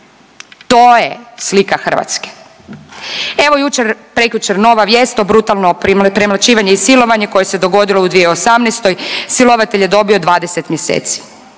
To je slika Hrvatske. Evo jučer, prekjučer nova vijest o brutalno premlaćivanje i silovanje koje se dogodilo u 2018. silovatelj je dobio 20 mjeseci.